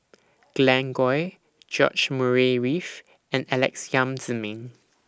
Glen Goei George Murray Reith and Alex Yam Ziming